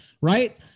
right